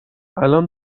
الان